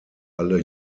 alle